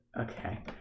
okay